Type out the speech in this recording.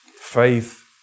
Faith